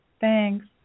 thanks